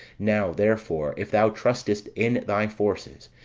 now, therefore, if thou trustest in thy forces,